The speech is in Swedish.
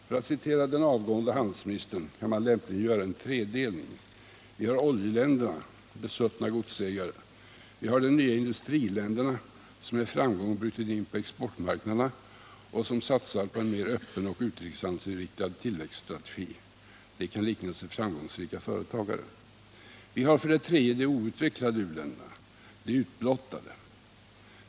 För att citera den avgående handelsministern kan man lämpligen göra en tredelning: för det första oljeländerna, besuttna godsägare, för det andra de nya industriländerna, som med framgång brutit in på exportmarknaderna och som satsar på en mer öppen och utrikeshandelsinriktad tillväxtstrategi — de kan liknas vid framgångsrika företagare — och för det tredje de outvecklade u-länderna, de utblottade.